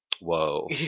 Whoa